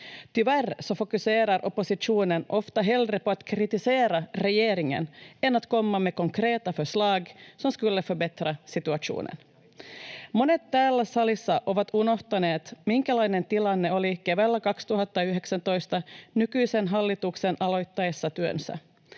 Tyvärr fokuserar oppositionen ofta hellre på att kritisera regeringen än att komma med konkreta förslag som skulle förbättra situationen. Monet täällä salissa ovat unohtaneet, minkälainen tilanne oli keväällä 2019 nykyisen hallituksen aloittaessa työnsä.